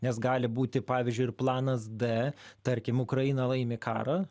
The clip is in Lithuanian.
nes gali būti pavyzdžiui ir planas d tarkim ukraina laimi karą